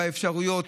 באפשרויות.